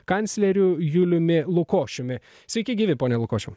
kancleriu juliumi lukošiumi sveiki gyvi pone lukošiau